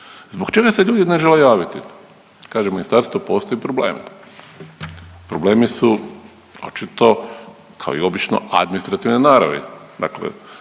Zbog čega se ljudi ne žele javiti kaže ministarstvo, postoji problem. Problemi su očito kao i obično administrativne naravi,